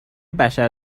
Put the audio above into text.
بشر